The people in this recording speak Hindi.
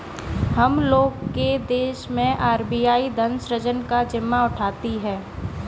हम लोग के देश मैं आर.बी.आई धन सृजन का जिम्मा उठाती है